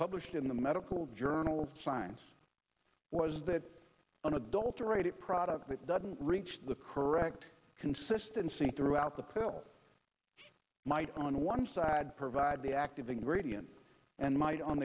published in the medical journal science was that unadulterated product that doesn't reach the correct consistency throughout the pill might on one side provide the active ingredient and might on